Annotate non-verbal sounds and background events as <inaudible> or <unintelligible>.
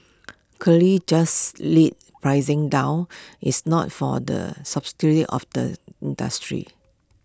clear just lead pricing down it's not for the <unintelligible> of the industry